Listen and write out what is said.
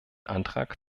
antrag